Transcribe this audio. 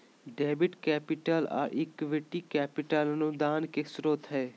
debit capital, आर equity capital अनुदान के स्रोत हय